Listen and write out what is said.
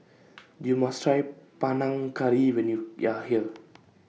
YOU must Try Panang Curry when YOU here